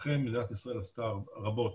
אכן מדינת ישראל עשתה רבות,